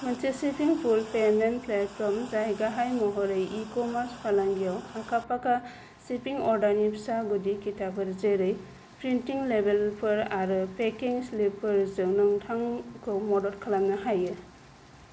मोनसे shipping fulfilment platform जाय गाहाय महरै इ कमार्स फालांगियाव आखा फाखा शिपिं अर्डारनि फिसा गुदि खिथाफोर जेरै प्रिन्टिं लेबेलफोर आरो पेकिं स्लिपफोरजों नोंथांखौ मदद खालामनो हायो